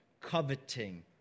coveting